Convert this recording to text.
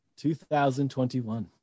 2021